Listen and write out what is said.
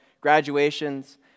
graduations